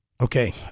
Okay